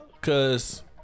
Cause